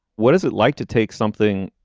what is it like to take something?